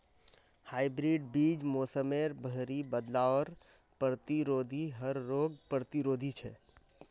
hybrid बीज मोसमेर भरी बदलावर प्रतिरोधी आर रोग प्रतिरोधी छे